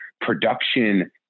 production